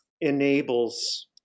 enables